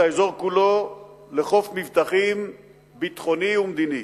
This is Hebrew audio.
האזור כולו לחוף מבטחים ביטחוני ומדיני.